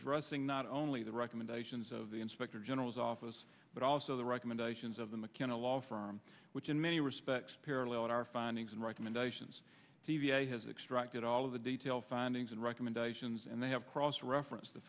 addressing not only the recommendations of the inspector general's office but also the recommendations of the mckenna law firm which in many respects paralleled our findings and recommendations dva has extracted all of the detail findings and recommendations and they have cross reference t